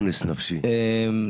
הרב,